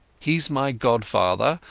heas my godfather,